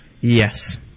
Yes